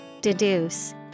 deduce